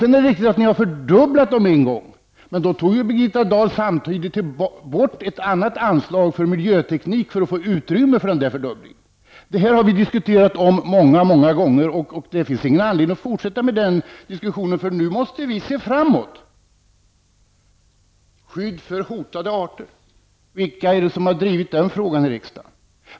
Det är riktigt att ni har fördubblat dem en gång. Men då tog ju Birgitta Dahl samtidigt bort ett annat anslag till miljöteknik för att få utrymme för den här fördubblingen. Detta har vi diskuterat många gånger, och det finns ingen anledning att fortsätta den diskussionen. Nu måste vi se framåt. Vilka är det som i riksdagen har drivit frågan om skydd för hotade arter?